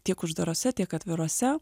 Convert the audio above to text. tiek uždarose tiek atvirose